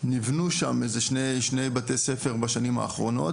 נבנו שם איזה שני בתי ספר בשנים האחרונות,